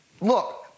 Look